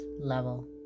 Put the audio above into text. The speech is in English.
level